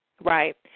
right